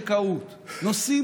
אז אני